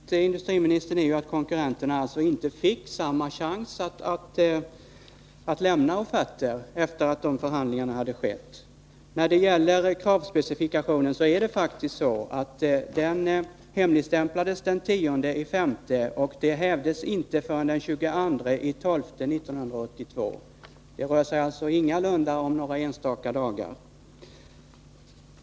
Herr talman! Problemet, industriministern, är ju att konkurrenterna inte fick samma chans att förhandla. När det gäller kravspecifikationen är det faktiskt så att den hemligstämplades den 10 maj och att hemligstämpeln inte hävdes förrän den 22 december 1982. Det rör sig alltså ingalunda om några enstaka dagar.